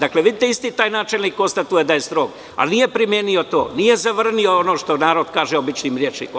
Dakle, vidite isti taj načelnik konstatuje da je strog, ali nije primenio to, ali nije zavrnuo to, što narod kaže običnim rečnikom.